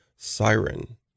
siren